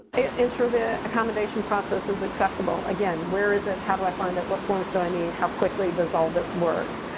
ensure the accommodation process is acceptable. again, where is it? how do i find it? what forms do i need? how quickly does all this work?